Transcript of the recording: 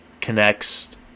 connects